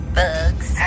bugs